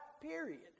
period